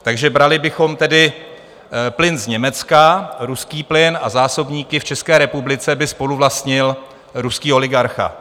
Takže brali bychom tedy plyn z Německa, ruský plyn, a zásobníky v České republice by spoluvlastnil ruský oligarcha.